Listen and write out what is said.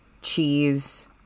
cheese